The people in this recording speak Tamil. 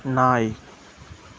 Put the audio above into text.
நாய்